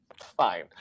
Fine